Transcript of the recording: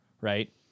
right